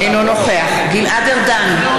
אינו נוכח גלעד ארדן,